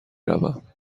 روم